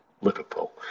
Liverpool